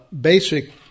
basic